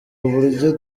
uburyo